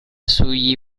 sugli